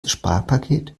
sparpaket